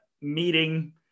meeting